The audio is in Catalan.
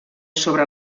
sobre